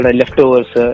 leftovers